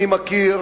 אני מכיר